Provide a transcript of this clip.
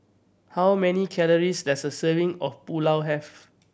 how many calories does a serving of Pulao have